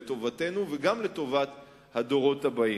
לטובתנו וגם לטובת הדורות הבאים.